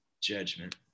judgment